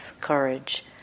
courage